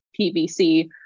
PVC